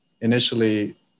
Initially